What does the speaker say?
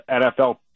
NFL